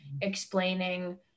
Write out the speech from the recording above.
explaining